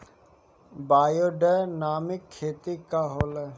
Biodynamic खेती का होला?